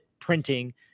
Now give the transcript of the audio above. printing